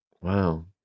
Wow